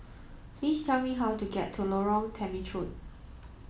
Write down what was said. please tell me how to get to Lorong Temechut